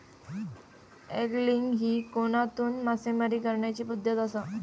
angling ही कोनातून मासेमारी करण्याची पद्धत आसा